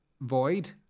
void